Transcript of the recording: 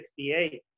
1968